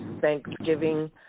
Thanksgiving